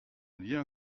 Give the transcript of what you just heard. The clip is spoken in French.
lien